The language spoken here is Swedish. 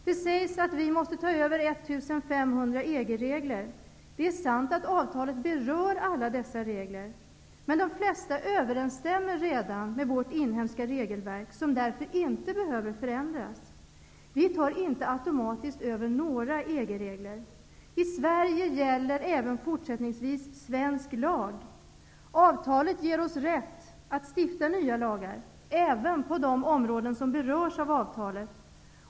Det sägs att vi måste ta över 1 500 EG-regler. Det är sant att avtalet berör alla dessa regler. Men de flesta överensstämmer redan med vårt regelverk, som därför inte behöver förändras. Vi tar inte automatiskt över några EG Avtalet ger oss rätt att stifta nya lagar, även på de områden som berörs av avtalet.